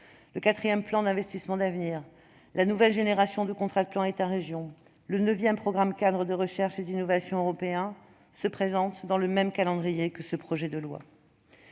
le quatrième plan d'investissements d'avenir, la nouvelle génération de contrats de plan État-région (CPER) et le neuvième programme-cadre de recherche et d'innovation européen se présentent dans le même calendrier que ce projet de loi.